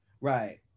Right